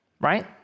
right